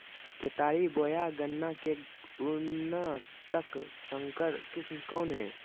केतारी बोया गन्ना के उन्नत संकर किस्म कौन है?